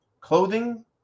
clothing